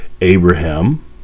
Abraham